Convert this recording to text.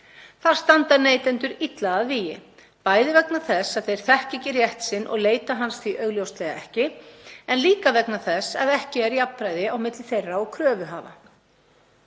Þar standa neytendur illa að vígi, bæði vegna þess að þeir þekkja ekki rétt sinn og leita hans því augljóslega ekki, en líka vegna þess að ekki er jafnræði milli þeirra og kröfuhafa.